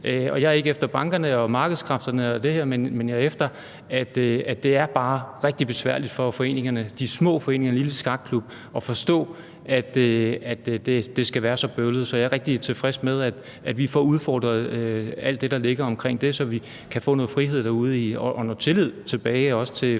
Jeg er ikke efter bankerne og markedskræfterne, men jeg er efter det, at det bare er rigtig besværligt for foreningerne, de små foreninger, en lille skakklub, at forstå, at det skal være så bøvlet. Så jeg er rigtig tilfreds med, at vi får udfordret alt det, der ligger omkring det, så vi kan få noget frihed derude og noget tillid